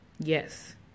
yes